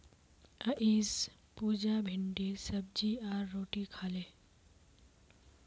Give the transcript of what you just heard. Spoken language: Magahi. अईज पुजा भिंडीर सब्जी आर रोटी खा ले